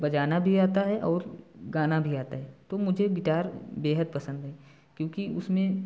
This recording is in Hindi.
बजाना भी आता है और गाना भी आता है तो मुझे गिटार बेहद पसंद है क्योंकि उसमें